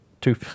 two